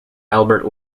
albert